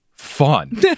fun